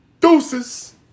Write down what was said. Deuces